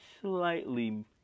slightly